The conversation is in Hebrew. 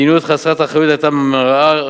מדיניות חסרת אחריות היתה מרעה,